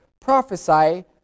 Prophesy